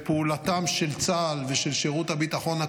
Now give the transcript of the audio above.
-- שפעולתם של צה"ל ושל שירות הביטחון הכללי,